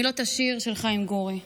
מילות השיר של חיים גורי: